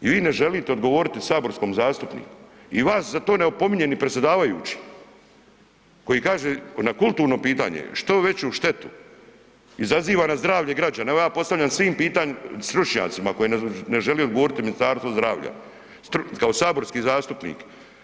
I vi ne želite odgovoriti saborskom zastupniku i vas za to ne opominje ni predsjedavajući koji kaže na kulturno pitanje, što veću štetu, izaziva na zdravlje građana, evo ja postavljam svim pitanje stručnjacima koji je ne želi odgovoriti Ministarstvo zdravlja, kao saborski zastupnik.